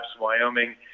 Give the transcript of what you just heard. Wyoming